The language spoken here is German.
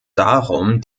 darum